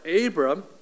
Abram